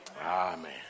Amen